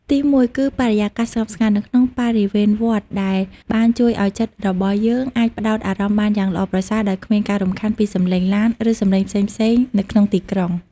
ទីមួយគឺ បរិយាកាសស្ងប់ស្ងាត់ នៅក្នុងបរិវេណវត្តដែលបានជួយឱ្យចិត្តរបស់យើងអាចផ្តោតអារម្មណ៍បានយ៉ាងល្អប្រសើរដោយគ្មានការរំខានពីសំឡេងឡាន ឬសំឡេងផ្សេងៗនៅក្នុងទីក្រុង។